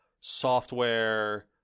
software